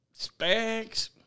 Spags